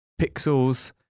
pixels